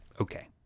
okay